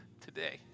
today